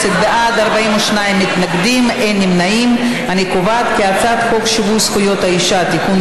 להעביר לוועדה את הצעת חוק שיווי זכויות האישה (תיקון,